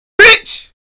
Bitch